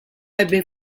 ebbe